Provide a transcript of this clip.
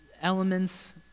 elements